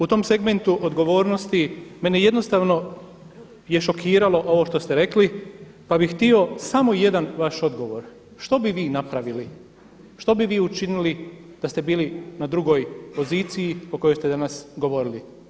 U tom segmentu odgovornosti mene jednostavno je šokiralo ovo što ste rekli pa bih htio samo jedan vaš odgovor, što bi vi napravili, što bi vi učinili da ste bili na drugoj poziciji o kojoj ste danas govorili?